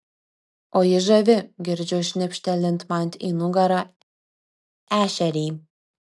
o ji žavi girdžiu šnipštelint man į nugarą ešerį